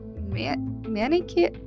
manicure